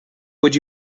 would